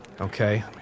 Okay